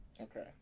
Okay